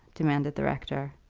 demanded the rector.